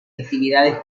actividades